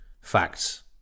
facts